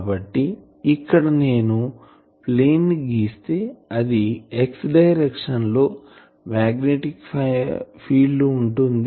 కాబట్టి ఇక్కడ నేను ప్లేన్ గీస్తే అది X డైరెక్షన్ లో మాగ్నెటిక్ ఫీల్డ్ ఉంటుంది